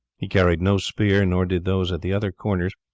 he carried no spear, nor did those at the other corners,